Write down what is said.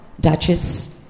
Duchess